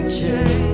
change